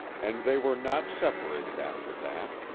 and they were not separated after that.